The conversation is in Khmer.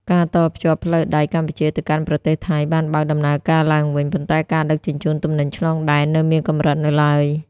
ការតភ្ជាប់ផ្លូវដែកកម្ពុជាទៅកាន់ប្រទេសថៃ បានបើកដំណើរការឡើងវិញ ប៉ុន្តែការដឹកជញ្ជូនទំនិញឆ្លងដែននៅមានកម្រិតនៅឡើយ។